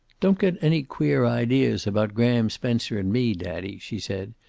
don't get any queer ideas about graham spencer and me, daddy, she said.